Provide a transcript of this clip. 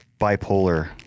bipolar